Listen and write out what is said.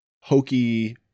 hokey